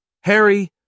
Harry